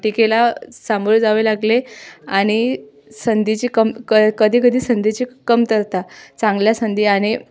टीकेला सामोरे जावे लागले आणि संधीची कम क कधीकधी संधीची कमतरता चांगल्या संधी आणि